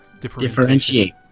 Differentiate